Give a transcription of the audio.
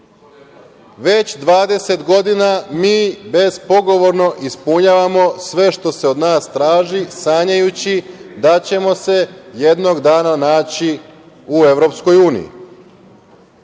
već 20 godina mi bezpogovorno ispunjavamo sve što se od nas traži, sanjajući da ćemo se jednog dana naći u EU.Tako smo